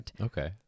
Okay